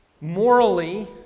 Morally